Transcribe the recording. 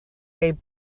gave